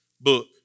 book